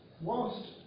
whilst